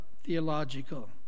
theological